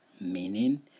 meaning